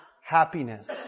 happiness